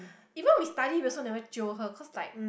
even we study we also never jio her cause like